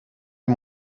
die